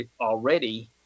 already